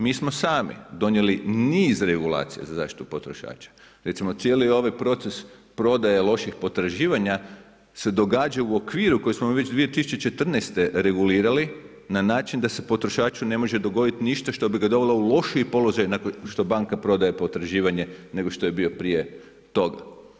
Mi smo sami donijeli niz regulacija za zaštitu potrošača, recimo cijeli ovaj proces prodaje loših potraživanja se događa u okviru koji smo mi već 2014. regulirali na način da se potrošaču ne može dogodit ništa što bi ga dovelo u lošiji položaj nakon što banka prodaje potraživanje, nego što je bio prije toga.